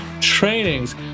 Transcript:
trainings